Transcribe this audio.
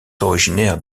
originaires